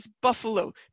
Buffalo